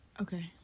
okay